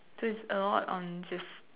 so it's a lot on just